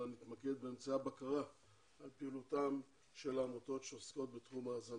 נתמקד באמצעי הבקרה על פעילותן של העמותות שעוסקות בתחום ההזנה.